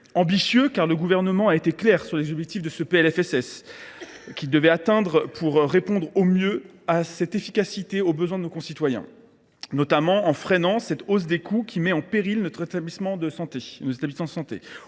Ambitieux, car le Gouvernement a été clair sur les objectifs de ce PLFSS, qui devait répondre au mieux et avec efficacité aux besoins de nos concitoyens, notamment en freinant cette hausse des coûts qui met en péril nos établissements de santé,